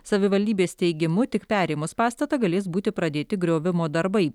savivaldybės teigimu tik perėmus pastatą galės būti pradėti griovimo darbai